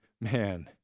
man